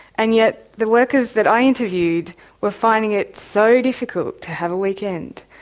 and yet the workers that i interviewed were finding it so difficult to have a weekend,